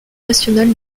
nationale